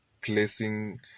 placing